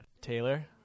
Taylor